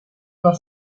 una